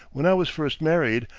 when i was first married,